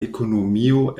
ekonomio